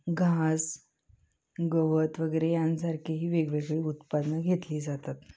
घास गवत वगैरे यांसारखी ही वेगवेगळी उत्पादनं घेतली जातात